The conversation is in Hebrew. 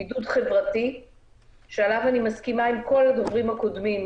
בידוד חברתי שעליו אני מסכימה עם כל הדוברים הקודמים,